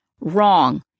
Wrong